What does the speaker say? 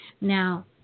Now